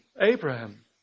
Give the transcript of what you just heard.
Abraham